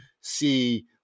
see